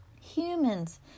Humans